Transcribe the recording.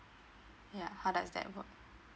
ya how does that work